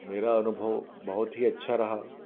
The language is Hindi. मेरा अनुभव बहुत ही अच्छा रहा